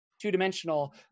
two-dimensional